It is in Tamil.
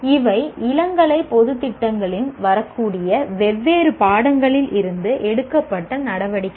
இவை இளங்கலை பொதுத் திட்டங்களில் வரக்கூடிய வெவ்வேறு பாடங்களில் இருந்து எடுக்கப்பட்ட நடவடிக்கைகள்